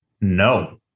No